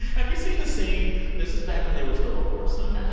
have you seen the scene this is back when they were still a foursome.